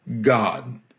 God